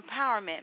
empowerment